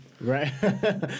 Right